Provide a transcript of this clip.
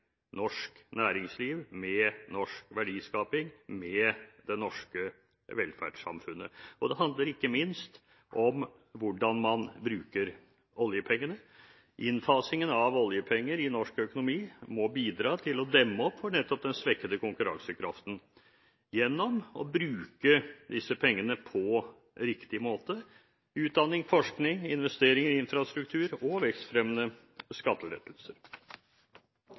norsk næringsliv, med norsk verdiskaping, med det norske velferdssamfunnet. Og det handler ikke minst om hvordan man bruker oljepengene. Innfasingen av oljepenger i norsk økonomi må bidra til å demme opp for nettopp den svekkede konkurransekraften gjennom å bruke disse pengene på riktig måte – til utdanning, til forskning, til investeringer i infrastruktur og til vekstfremmende skattelettelser.